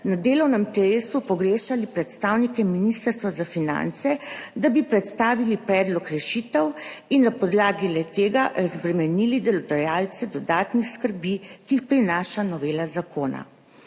na delovnem telesu pogrešali predstavnike Ministrstva za finance, da bi predstavili predlog rešitev in na podlagi le-tega razbremenili delodajalce dodatnih skrbi, ki jih prinaša novela zakona.